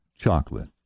chocolate